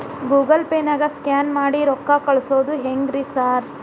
Google ಪೇನಾಗ scan ಮಾಡಿ ರೊಕ್ಕಾ ಕಳ್ಸೊದು ಹೆಂಗ್ರಿ ಸಾರ್?